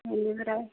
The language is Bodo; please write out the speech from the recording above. बेनिफ्राय